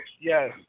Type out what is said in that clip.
Yes